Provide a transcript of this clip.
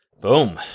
Boom